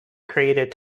created